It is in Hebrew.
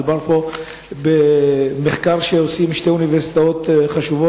מדובר במחקר שעשו שתי אוניברסיטאות חשובות,